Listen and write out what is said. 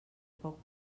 poc